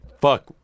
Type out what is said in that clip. fuck